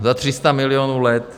Za 300 milionů let.